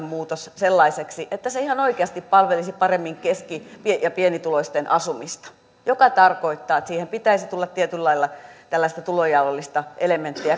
muutos sellaiseksi että se ihan oikeasti palvelisi paremmin keski ja pienituloisten asumista mikä tarkoittaa että siihen pitäisi tulla tietyllä lailla tällaista tulonjaollista elementtiä ja